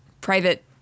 private